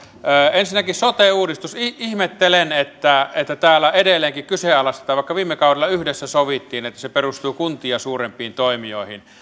ensinnäkin sote uudistus ihmettelen että että täällä edelleenkin kyseenalaistetaan vaikka viime kaudella yhdessä sovittiin että se perustuu kuntia suurempiin toimijoihin